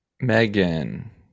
Megan